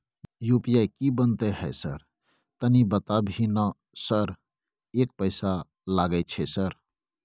UPI की बनते है सर तनी बता भी ना सर एक पैसा लागे छै सर?